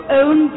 own